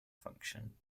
function